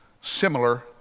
similar